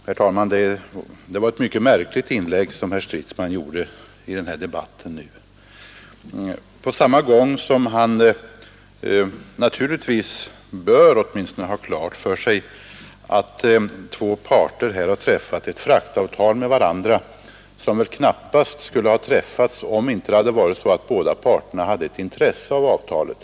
Herr talman! Det var ett mycket märkligt inlägg som herr Stridsman gjorde nu. Han bör åtminstone ha klart för sig att två parter här har träffat ett fraktavtal, som väl knappast skulle ha kommit till om inte båda parterna hade ett intresse av det.